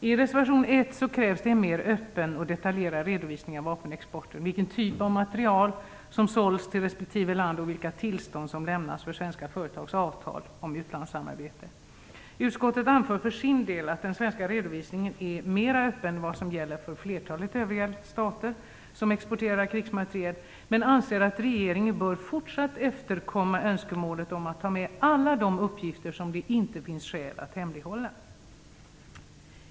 I reservation 1 krävs en mer öppen och detaljerad redovisning av vapenexporten; vilken typ av materiel det är som sålts till respektive land och vilka tillstånd som lämnats för svenska företags avtal om utlandssamarbete. Utskottet anför för sin del att den svenska redovisningen är mera öppen än vad som gäller för flertalet övriga stater som exporterar krigsmateriel, men anser att regeringen fortsatt bör efterkomma önskemålet om att ta med alla de uppgifter som det inte finns skäl att hemlighålla.